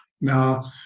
now